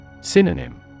Synonym